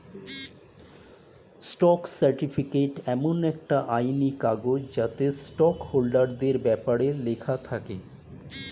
stock certificate এমন একটা আইনি কাগজ যাতে স্টক হোল্ডারদের ব্যপারে লেখা থাকে